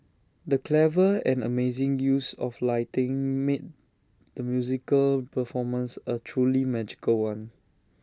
the clever and amazing use of lighting made the musical performance A truly magical one